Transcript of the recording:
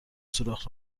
سوراخ